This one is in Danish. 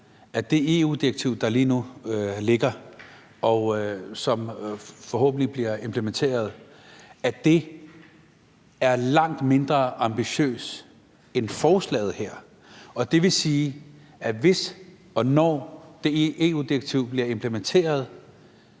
at det EU-direktiv, der lige nu ligger, og som forhåbentlig bliver implementeret, er langt mindre ambitiøst end forslaget her? Det vil sige, at hvis og når det EU-direktiv bliver implementeret,